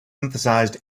emphasized